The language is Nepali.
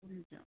हुन्छ